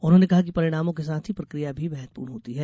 उन्होंने कहा कि परिणामों के साथ ही प्रक्रिया भी महत्वपूर्ण होती है